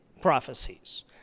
prophecies